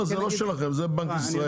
לא, זה לא שלכם, זה בנק ישראל.